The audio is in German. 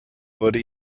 wurde